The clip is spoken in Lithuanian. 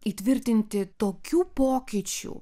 įtvirtinti tokių pokyčių